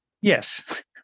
Yes